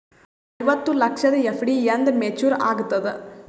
ಐವತ್ತು ಲಕ್ಷದ ಎಫ್.ಡಿ ಎಂದ ಮೇಚುರ್ ಆಗತದ?